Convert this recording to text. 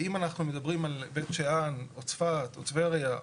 ואם אנחנו מדברים על בית שאן או צפת או טבריה,